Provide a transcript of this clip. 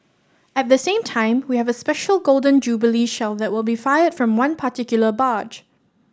at the same time we have a special Golden Jubilee Shell that will be fired from one particular barge